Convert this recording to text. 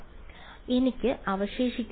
അതിനാൽ എനിക്ക് അവശേഷിക്കുന്നത്